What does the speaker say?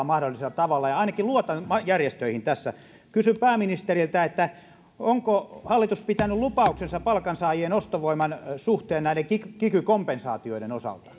mahdollisella tavalla ja ainakin luotan järjestöihin tässä kysyn pääministeriltä onko hallitus pitänyt lupauksensa palkansaajien ostovoiman suhteen näiden kiky kiky kompensaatioiden osalta